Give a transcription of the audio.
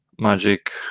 magic